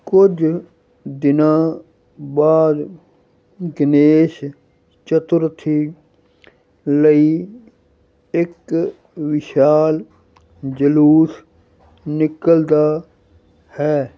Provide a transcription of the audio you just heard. ਕੁਝ ਦਿਨਾਂ ਬਾਅਦ ਗਣੇਸ਼ ਚਤੁਰਥੀ ਲਈ ਇੱਕ ਵਿਸ਼ਾਲ ਜਲੂਸ ਨਿਕਲਦਾ ਹੈ